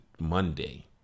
Monday